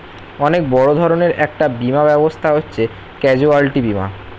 অনেক বড় ধরনের একটা বীমা ব্যবস্থা হচ্ছে ক্যাজুয়ালটি বীমা